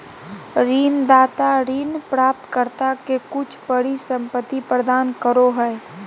ऋणदाता ऋण प्राप्तकर्ता के कुछ परिसंपत्ति प्रदान करो हइ